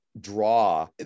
draw